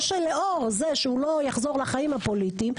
או שלאור זה שהוא לא יחזור לחיים הפוליטיים,